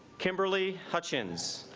kimberly hutchins